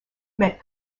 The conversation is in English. meant